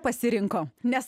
pasirinko nes